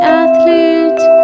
athlete